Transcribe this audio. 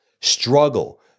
struggle